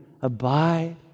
Abide